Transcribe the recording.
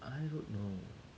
I don't know